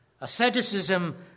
Asceticism